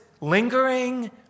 lingering